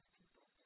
people